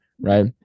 right